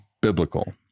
biblical